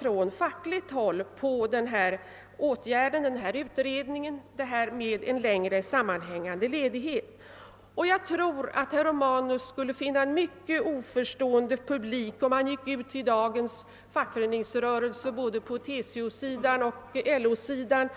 Från fackligt håll föreligger inget som helst krav på utredning om en längre sammanhängande ledighet, och jag tror att herr Romanus skulle finna en mycket oförstående publik om han vände sig till fackföreningsrörelsen — både TCO och LO